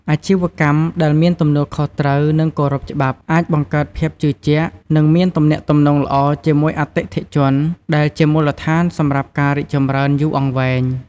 អាជីវកម្មដែលមានទំនួលខុសត្រូវ និងគោរពច្បាប់ អាចបង្កើតភាពជឿជាក់ និងទំនាក់ទំនងល្អជាមួយអតិថិជន ដែលជាមូលដ្ឋានសម្រាប់ការរីកចម្រើនយូរអង្វែង។